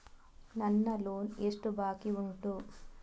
ನನ್ನ ಲೋನ್ ಎಷ್ಟು ಬಾಕಿ ಉಂಟು?